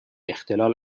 اختلال